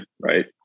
right